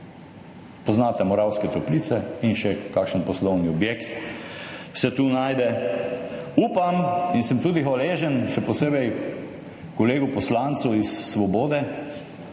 Poznate Moravske Toplice in še kakšen poslovni objekt se tu najde. Upam in sem tudi hvaležen, še posebej kolegu poslancu iz Svobode,